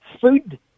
Food